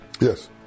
Yes